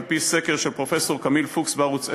על-פי סקר של פרופסור קמיל פוקס בערוץ 10,